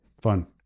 fun